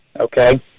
okay